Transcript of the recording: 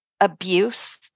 abuse